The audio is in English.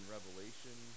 Revelation